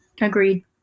Agreed